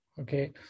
Okay